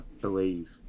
believe